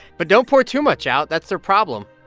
but don't pour too much out. that's their problem